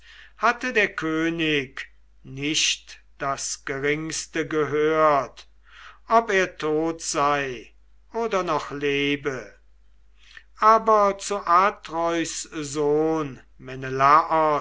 hatte der könig nicht das geringste gehört ob er tot sei oder noch lebe aber zu atreus sohn